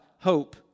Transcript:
hope